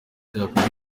jack